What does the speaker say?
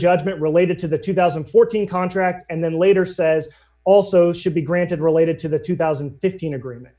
judgment related to the two thousand and fourteen contract and then later says also should be granted related to the two thousand and fifteen agreement